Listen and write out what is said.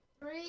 Three